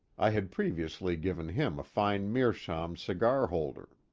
i had previously given him a fine meerschaum cigar holder.